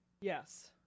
Yes